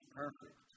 perfect